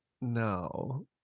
no